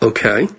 Okay